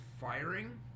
firing